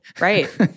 Right